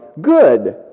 good